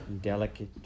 delicate